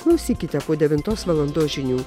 klausykite po devintos valandos žinių